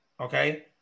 Okay